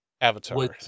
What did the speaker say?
Avatar